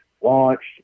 launched